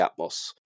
Atmos